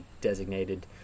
designated